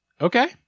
Okay